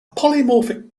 polymorphic